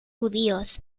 judíos